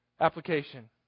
Application